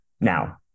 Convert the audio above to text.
Now